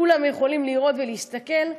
כולם יכולים לראות ולהסתכל,